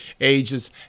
ages